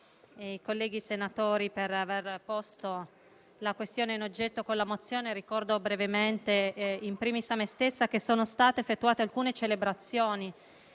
ringrazio i colleghi senatori per aver posto la questione in oggetto con la mozione. Ricordo brevemente, *in primis* a me stessa, che sono state effettuate alcune celebrazioni